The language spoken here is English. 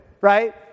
right